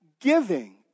Giving